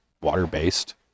water-based